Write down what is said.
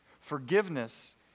Forgiveness